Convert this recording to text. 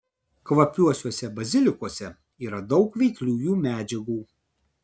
kvapiuosiuose bazilikuose yra daug veikliųjų medžiagų